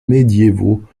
médiévaux